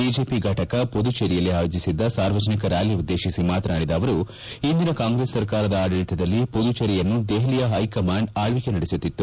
BJP ಘಟಕ ಮದುಚೇರಿಯಲ್ಲಿ ಆಯೋಜಿಸಿದ್ದ ಸಾರ್ವಜನಿಕ ರ್ನಾಲಿ ಉದ್ಲೇಶಿಸಿ ಮಾತನಾಡಿದ ಅವರು ಹಿಂದಿನ ಕಾಂಗ್ರೆಸ್ ಸರ್ಕಾರದ ಆಡಳಿತದಲ್ಲಿ ಪುದುಚೇರಿಯನ್ನು ದೆಹಲಿಯ ಹೈಕಮಾಂಡ್ ಆಳ್ವಕೆ ನಡೆಸುತ್ತಿತ್ತು